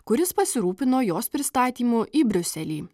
kuris pasirūpino jos pristatymu į briuselį